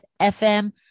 fm